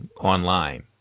online